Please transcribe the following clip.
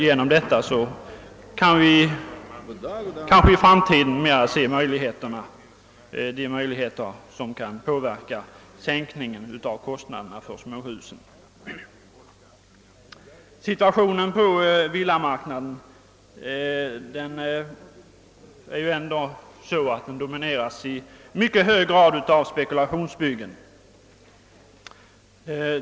Genom detta kan vi i framtiden få besked om möjligheterna att den vägen få ner kostnaderna för småhusbyggandet. Situationen på villamarknaden är ju ändå sådan, att den i mycket hög grad domineras av spekulationsbyggen.